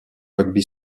rugby